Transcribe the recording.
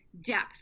depth